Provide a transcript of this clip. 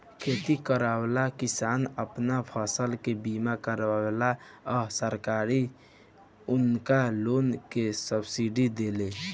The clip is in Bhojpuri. खेती करेवाला किसान आपन फसल के बीमा करावेलन आ सरकार उनका लोग के सब्सिडी देले